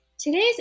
Today's